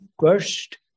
first